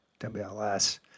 WLS